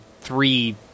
three